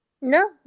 no